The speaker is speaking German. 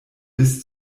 bis